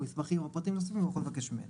מסמכים או פרטים נוספים הוא יכול לבקש ממנו.